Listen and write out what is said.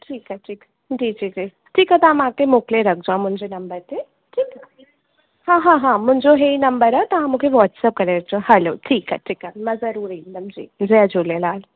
ठीकु आहे ठीकु आहे जी जी जी ठीकु आहे तव्हां मूंखे मोकिले रखिजो मुंहिंजे नम्बर ते ठीकु हा हा हा मुंहिंजो इहे ई नम्बर आहे तव्हां मूंखे वाट्सअप करे रखिजो हलो ठीकु आहे ठीकु आहे मां ज़रूरु ईंदमि जी जय झूलेलाल